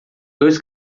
dois